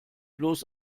bloß